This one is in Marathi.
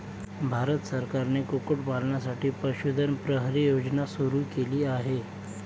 भारत सरकारने कुक्कुटपालनासाठी पशुधन प्रहरी योजना सुरू केली आहे